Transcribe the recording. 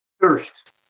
thirst